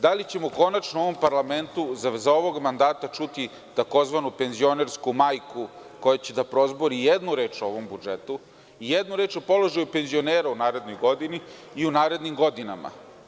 Da li ćemo konačno u ovom parlamentu za ovog mandata čuti tzv. penzionersku majku koja će da prozbori i jednu reč o položaju penzionera u narednoj godini i u narednim godinama?